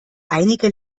einige